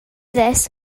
this